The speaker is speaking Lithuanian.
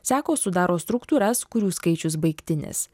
sekos sudaro struktūras kurių skaičius baigtinis